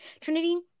Trinity